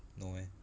no meh